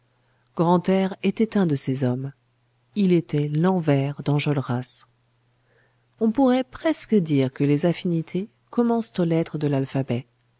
grantaire était un de ces hommes il était l'envers d'enjolras on pourrait presque dire que les affinités commencent aux lettres de l'alphabet